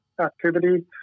activity